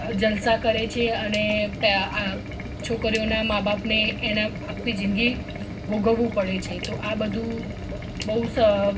જલસા કરે છે અને પેઅ છોકરીઓનાં મા બાપને એના આખી જિંદગી ભોગવવું પડે છે તો આ બધું બહુ સ